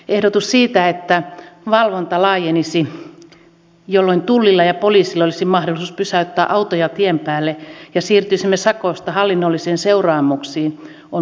ehdotus siitä että valvonta laajenisi jolloin tullilla ja poliisilla olisi mahdollisuus pysäyttää autoja tien päälle ja siirtyisimme sakosta hallinnollisiin seuraamuksiin on mielestäni hyvä